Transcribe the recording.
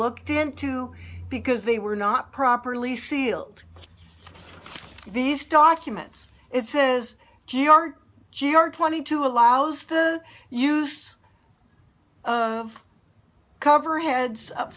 looked into because they were not properly sealed these documents it says g r g r twenty two allows the use of cover heads up